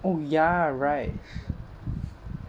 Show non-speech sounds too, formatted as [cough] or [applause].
oh ya right [laughs]